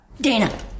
Dana